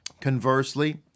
Conversely